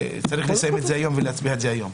צריך לסיים את זה היום ולהצביע על זה היום.